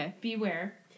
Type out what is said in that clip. Beware